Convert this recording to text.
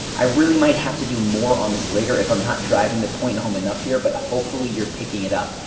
i really might have to do more on this later if i'm not driving the point home enough here but hopefully you're picking it up.